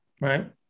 right